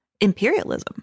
imperialism